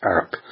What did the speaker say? App